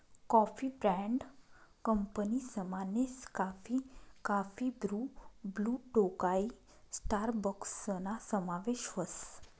coffee brand कंपनीसमा Nescafe, काफी ब्रु, ब्लु टोकाई स्टारबक्सना समावेश व्हस